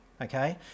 okay